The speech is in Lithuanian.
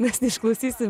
mes neišklausysim